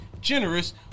generous